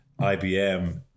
IBM